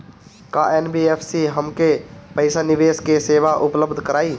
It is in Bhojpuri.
का एन.बी.एफ.सी हमके पईसा निवेश के सेवा उपलब्ध कराई?